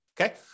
okay